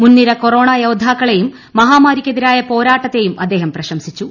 മുൻനിര കൊറോണ യോദ്ധാക്കളെയും മഹാമാരിക്കെതിരായ പോരാട്ടത്തെയും അദ്ദേഹം പ്രശംസിച്ചു